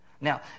Now